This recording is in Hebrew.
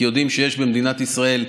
כי יודעים שיש במדינת ישראל,